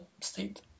state